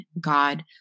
God